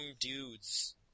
dudes